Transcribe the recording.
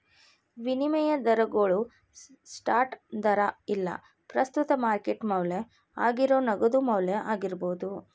ವಿನಿಮಯ ದರಗೋಳು ಸ್ಪಾಟ್ ದರಾ ಇಲ್ಲಾ ಪ್ರಸ್ತುತ ಮಾರ್ಕೆಟ್ ಮೌಲ್ಯ ಆಗೇರೋ ನಗದು ಮೌಲ್ಯ ಆಗಿರ್ಬೋದು